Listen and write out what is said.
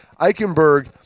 Eichenberg